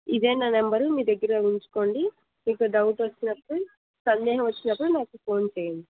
ఇదే నా నంబరు మీ దగ్గర ఉంచుకోండి మీకు డౌట్ వచ్చినప్పుడు సందేహం వచ్చినప్పుడు నాకు ఫోన్ చేయండి